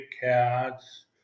cats